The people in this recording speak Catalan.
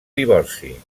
divorci